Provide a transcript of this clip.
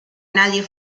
nadie